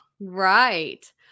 Right